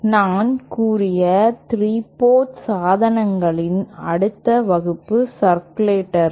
நான் கூறிய 3 போர்ட் சாதனங்களின் அடுத்த வகுப்பு சர்க்குலேட்டர்கள்